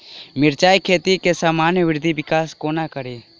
मिर्चा खेती केँ सामान्य वृद्धि विकास कोना करि?